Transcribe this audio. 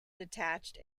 detached